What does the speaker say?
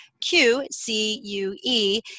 Q-C-U-E